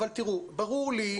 אבל ברור לי,